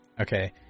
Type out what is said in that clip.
Okay